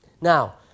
Now